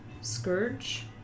scourge